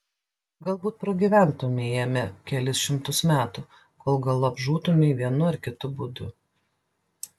galbūt pragyventumei jame kelis šimtus metų kol galop žūtumei vienu ar kitu būdu